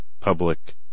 public